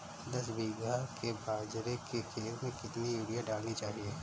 दस बीघा के बाजरे के खेत में कितनी यूरिया डालनी चाहिए?